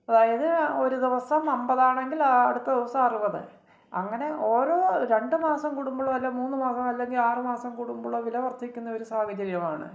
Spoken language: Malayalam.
അതായത് ഒരു ദിവസം അൻപതാണെങ്കില് അടുത്ത ദിവസം അറുപത് അങ്ങനെ ഓരോ രണ്ടുമാസം കൂടുമ്പോളുവല്ല മൂന്ന് മാസം അല്ലെങ്കില് ആറുമാസം കൂടുമ്പോളോ വില വര്ദ്ധിക്കുന്ന ഒരു സാഹചര്യവാണ്